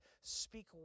speak